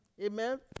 Amen